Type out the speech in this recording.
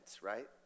right